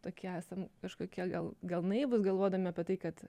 tokie esam kažkokie gal gal naivūs galvodami apie tai kad